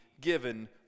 given